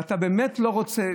ואתה באמת לא רוצה,